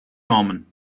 normen